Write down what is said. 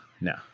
no